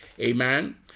Amen